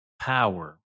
power